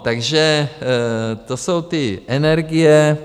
Takže to jsou ty energie.